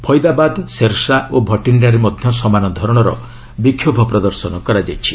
ଫୈଦାବାଦ୍ ଶିର୍ଷା ଓ ଭଟିଶ୍ଡାରେ ମଧ୍ୟ ସମାନ ଧରଣର ବିକ୍ଷୋଭ ପ୍ରଦର୍ଶନ କରାଯାଇଛି